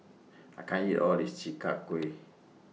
I can't eat All of This Chi Kak Kuih